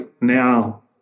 now